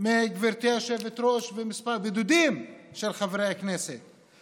מגברתי היושבת-ראש ומכמה חברי כנסת בודדים.